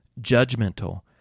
judgmental